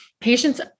patients